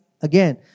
again